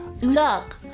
Look